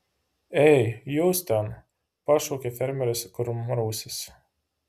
ei jūs ten pašaukė fermeris kurmrausis